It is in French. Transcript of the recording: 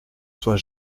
soit